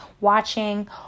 watching